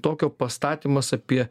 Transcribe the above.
tokio pastatymas apie